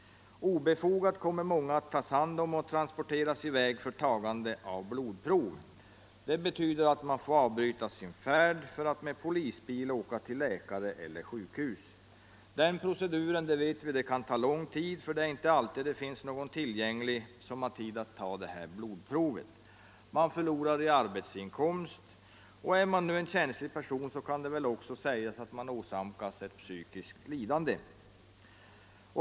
Obefogat kommer många att tas om hand och transporteras i väg för tagande av blodprov. Det betyder att man får avbryta sin färd för att med polisbil åka till läkare eller sjukhus. Den proceduren kan ta lång tid, för det är inte alltid det finns någon tillgänglig som har tid att ta det här blodprovet. Man förlorar arbetsinkomst, och är man nu en känslig person så kan det väl också sägas att man åsamkas psykiskt lidande.